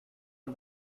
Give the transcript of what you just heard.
und